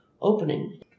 opening